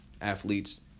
athletes